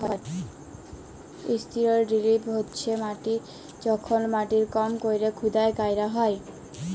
strip drill মালে হছে যখল মাটির কম ক্যরে খুদাই ক্যরা হ্যয়